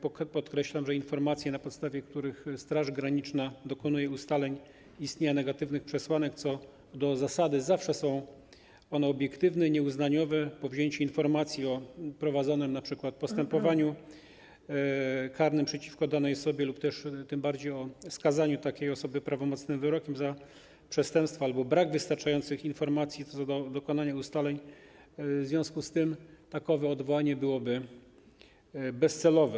Podkreślam, że informacje, na podstawie których Straż Graniczna dokonuje ustaleń istnienia negatywnych przesłanek, co do zasady zawsze są obiektywne, a nie uznaniowe - powzięcie informacji o prowadzonym np. postępowaniu karnym przeciwko danej osobie lub też tym bardziej o skazaniu takiej osoby prawomocnym wyrokiem za przestępstwa albo brak wystarczających informacji co do dokonania ustaleń - w związku z tym takowe odwołanie byłoby bezcelowe.